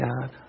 God